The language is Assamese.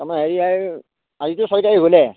তাৰমানে হেৰি এই আজিটো ছয় তাৰিখ হ'লেই